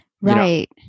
Right